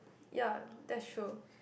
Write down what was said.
ya that's true